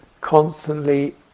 constantly